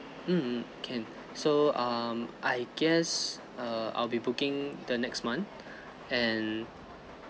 hmm can so um I guess err I'll be booking the next month and